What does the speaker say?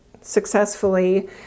successfully